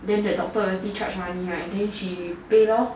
then the doctor obviously charge money right then she pay lor